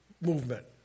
movement